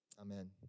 Amen